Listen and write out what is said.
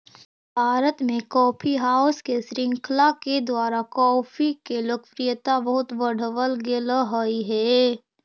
भारत में coffee house के श्रृंखला के द्वारा कॉफी के लोकप्रियता बहुत बढ़बल गेलई हे